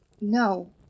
No